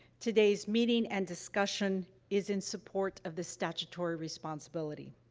today's meeting and discussion is in support of this statutory responsibility.